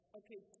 okay